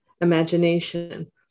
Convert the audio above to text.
imagination